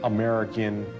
american,